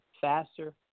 faster